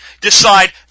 decide